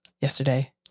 yesterday